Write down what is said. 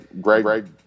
Greg –